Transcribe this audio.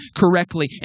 correctly